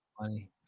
money